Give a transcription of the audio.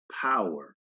power